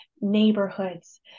neighborhoods